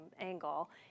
angle